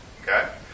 okay